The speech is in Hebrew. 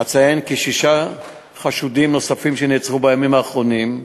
אציין כי שישה חשודים נוספים שנעצרו בימים האחרונים,